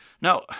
now